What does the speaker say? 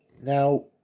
Now